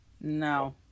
no